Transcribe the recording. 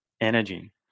energy